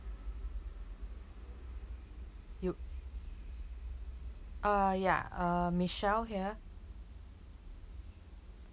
you uh ya uh michelle here